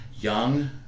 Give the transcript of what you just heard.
Young